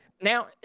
Now